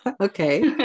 Okay